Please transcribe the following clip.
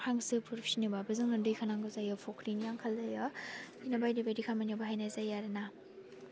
हांसोफोर फिनोबाबो जोंनो दैखौ नांगौ जायो फख्रिनि आंखाल जायो बिदिनो बायदि बायदि खामानियाव बाहायनाय जायो आरोना